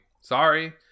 Sorry